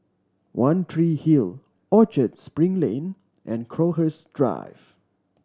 One Tree Hill Orchard Spring Lane and Crowhurst Drive